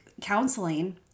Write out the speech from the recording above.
counseling